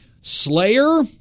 Slayer